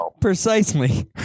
Precisely